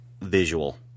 visual